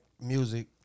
music